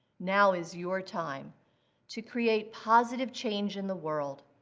now is your time to create positive change in the world.